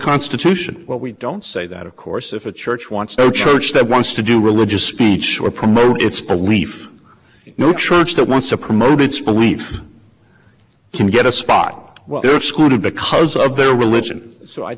constitution what we don't say that of course if a church wants no church that wants to do religious speech or promote its belief no church that wants to promote its beliefs can get a spot where they're excluded because of their religion so i